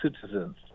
citizens